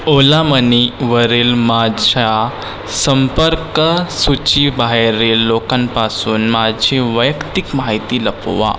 ओला मनीवरील माझ्या संपर्क सूचीबाहेरील लोकांपासून माझी वैयक्तिक माहिती लपवा